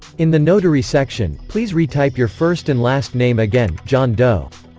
in the notary section, please retype your first and last name again john doe